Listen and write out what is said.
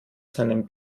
seinen